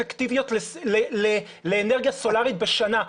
אפקטיביות לאנרגיה סולרית בשנה.